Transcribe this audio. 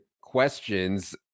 questions